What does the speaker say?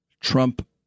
Trump